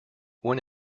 when